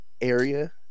area